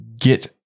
get